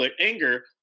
anger